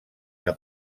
que